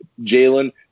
Jalen